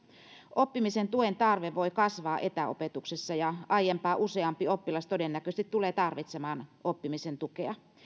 oppimisen tuen tarve voi kasvaa etäopetuksessa ja aiempaa useampi oppilas todennäköisesti tulee tarvitsemaan oppimisen tukea